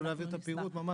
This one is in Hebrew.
נשמח.